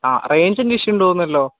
ആ റേഞ്ചിൻ്റെ ഇഷ്യൂ ഉണ്ടെന്നു തോന്നുന്നല്ലോ